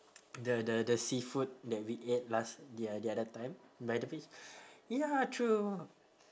the the the seafood that we ate last the other the other time ya true